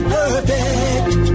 perfect